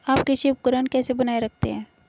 आप कृषि उपकरण कैसे बनाए रखते हैं?